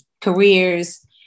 careers